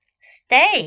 Stay